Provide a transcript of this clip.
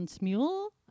Mule